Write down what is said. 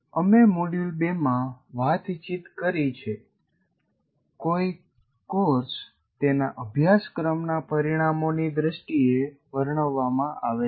અમે મોડ્યુલ 2 માં વાતચીત કરી છે કોઈ કોર્સ તેના અભ્યાસક્રમના પરિણામોની દ્રષ્ટિએ વર્ણવવામાં આવે છે